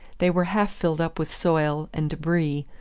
they were half filled up with soil and debris,